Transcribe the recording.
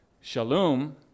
Shalom